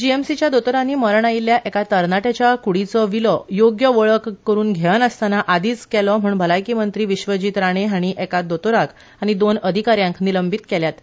जीएमसीच्या दोतोरांनी मरण आयिल्ल्या एका तरणाट्याच्या कुडीचो विलो योग्य वळख करून घेनासतना आदींच केलो म्हणून भलायकी मंत्री विश्वजीत राणे हांणी एका दोतोराक आनी दोन अधिकाऱ्यांक निलंबीत केल्यात